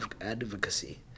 Advocacy